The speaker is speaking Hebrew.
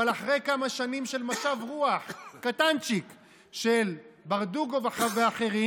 אבל אחרי כמה שנים של משב רוח קטנצ'יק של ברדוגו ואחרים,